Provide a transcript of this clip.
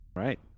right